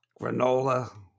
granola